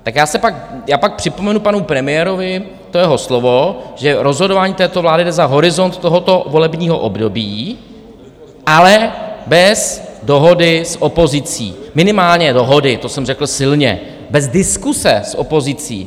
Tak já se pak, já pak připomenu panu premiérovi to jeho slovo, že rozhodování této vlády jde za horizont tohoto volebního období, ale bez dohody s opozicí, minimálně dohody, to jsem řekl silně, bez diskuse s opozicí.